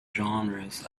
genres